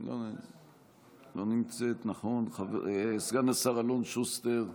לא נמצאת, סגן השר אלון שוסטר,